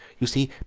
you see,